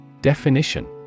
Definition